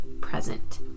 present